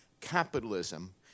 capitalism